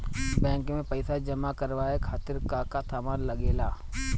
Bank में पईसा जमा करवाये खातिर का का सामान लगेला?